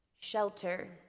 shelter